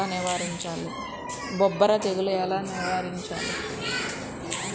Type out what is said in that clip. బొబ్బర తెగులు ఎలా నివారించాలి?